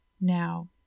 now